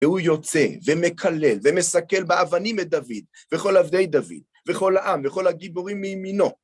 והוא יוצא ומקלל ומסקל באבנים את דוד וכל עבדי דוד, וכל העם, וכל הגיבורים מימינו.